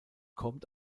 kommt